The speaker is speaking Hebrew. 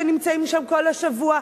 ונמצאים שם כל השבוע,